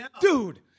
dude